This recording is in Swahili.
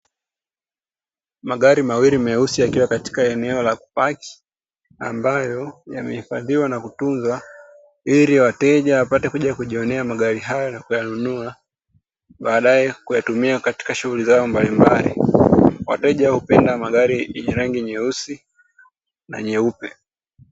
Magari mawili meusi yakiwa katika eneo la kupaki, ambayo yamehifadhiwa na kutunzwa, ili wateja wapate kuja kujionea magari hayo na kuyanunua, baadae kuyatumia katika shughuli zao mbalimbali. Wateja hupenda magari yenye rangi nyeusi na nyeupe.